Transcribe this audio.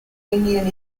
indian